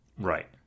Right